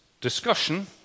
discussion